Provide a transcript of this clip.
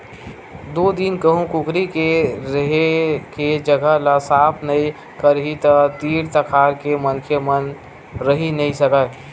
दू दिन कहूँ कुकरी के रेहे के जघा ल साफ नइ करही त तीर तखार के मनखे मन रहि नइ सकय